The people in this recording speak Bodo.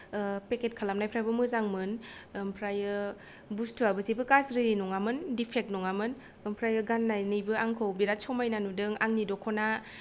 ओ पेकेत खालामनायफ्राबो मोजांमोन ओमफ्रायो बुस्तुआबो जेबो गाज्रि नङामोन दिफेक्त नङामोन ओमफ्रायो गान्नायनैबो आंखौ बेराद समायना नुदों आंनि दखना